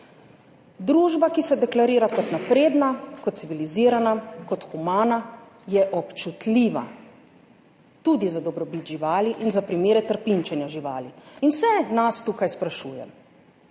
Družba, ki se deklarira kot napredna, kot civilizirana, kot humana, je občutljiva tudi za dobrobit živali in za primere trpinčenja živali in vse nas tukaj sprašujem;